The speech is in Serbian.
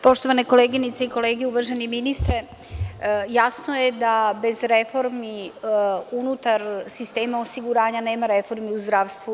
Poštovane koleginice i kolege, uvaženi ministre, jasno je da bez reformi unutar sistema osiguranja nema reformi u zdravstvu.